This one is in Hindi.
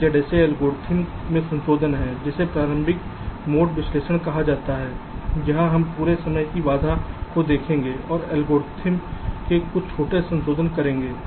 इस ZSA एल्गोरिथ्म में संशोधन है जिसे प्रारंभिक मोड विश्लेषण कहा जाता है जहां हम पूरे समय की बाधा को देखेंगे और एल्गोरिथ्म में कुछ छोटे संशोधन करेंगे